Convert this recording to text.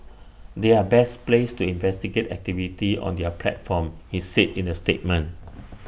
they are best placed to investigate activity on their platform he said in A statement